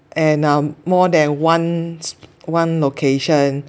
and um more than one one location